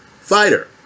fighter